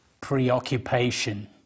preoccupation